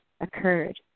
occurred